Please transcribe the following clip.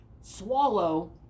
swallow